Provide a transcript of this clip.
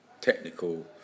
technical